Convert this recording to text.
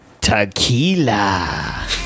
Tequila